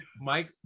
Mike